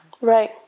Right